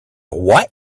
what